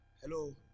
Hello